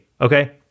Okay